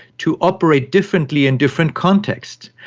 to operate differently in different contexts.